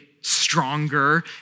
stronger